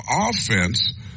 offense